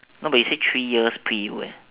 no but you say three years pre U